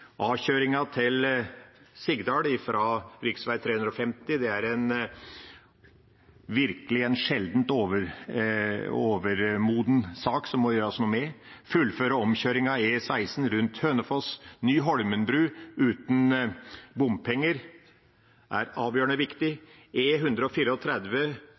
til Sigdal fra rv. 350 er virkelig en sjeldent overmoden sak som det må gjøres noe med. Å fullføre E16 rundt Hønefoss, og ny Holmen bru, uten bompenger er avgjørende viktig. E134, Viker-alternativet gjennom Lier, er helt nødvendig, Svelvikveien i Drammen, som kobler Svelvik og